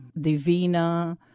Divina